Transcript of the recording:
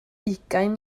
ugain